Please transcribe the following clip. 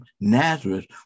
Nazareth